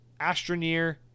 Astroneer